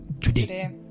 today